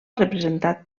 representat